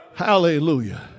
Hallelujah